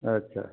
अच्छा